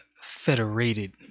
federated